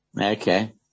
Okay